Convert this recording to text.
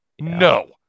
No